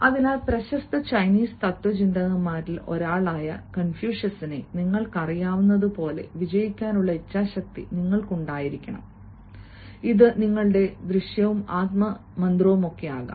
അതിനാൽ പ്രശസ്ത ചൈനീസ് തത്ത്വചിന്തകന്മാരിൽ ഒരാളായ കൺഫ്യൂഷ്യസിനെ നിങ്ങൾക്കറിയാവുന്നതുപോലെ വിജയിക്കാനുള്ള ഇച്ഛാശക്തി നിങ്ങൾക്കുണ്ടായിരിക്കണം ഇത് നിങ്ങളുടെ ദൃവും ആത്മാ മന്ത്രവുമാക്കാം